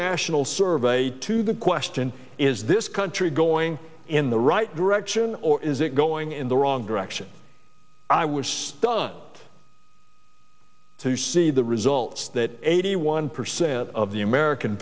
national survey to the question is this country going in the right direction or is it going in the wrong direction i was stunned to see the results that eighty one percent of the american